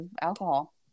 alcohol